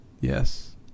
yes